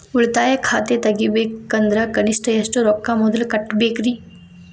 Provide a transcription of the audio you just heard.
ಉಳಿತಾಯ ಖಾತೆ ತೆಗಿಬೇಕಂದ್ರ ಕನಿಷ್ಟ ಎಷ್ಟು ರೊಕ್ಕ ಮೊದಲ ಕಟ್ಟಬೇಕ್ರಿ?